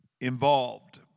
involved